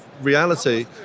reality